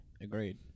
Agreed